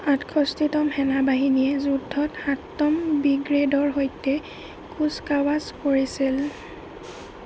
আঠষষ্ঠিতম সেনা বাহিনীয়ে যুদ্ধত সাততম ব্ৰিগেডৰ সৈতে কুচকাৱাজ কৰিছিল